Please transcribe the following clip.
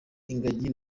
ingagi